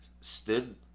stood